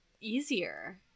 easier